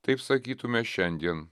taip sakytume šiandien